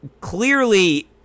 clearly